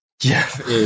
Jeff